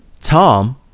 Tom